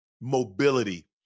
mobility